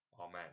Amen